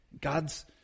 God's